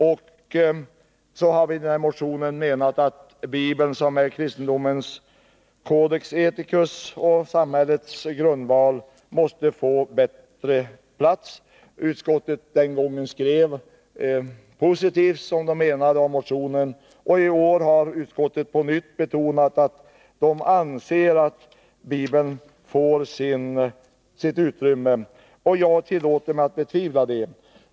Vi har i motionen menat att Bibeln, som är kristendomens codex ethicus och samhällets grundval, måste få bättre plats. Utskottet skrev den gången positivt, som man menade, om motionen. I år har utskottet på nytt betonat att man anser att Bibeln får sitt utrymme. Jag tillåter mig att betvivla det.